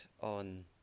on